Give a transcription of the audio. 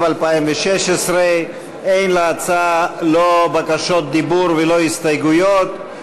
התשע"ו 2016. אין להצעה לא בקשות דיבור ולא הסתייגויות,